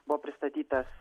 buvo pristatytas